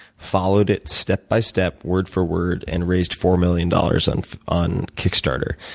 followed it step by step, word for word, and raised four million dollars on on kickstarter.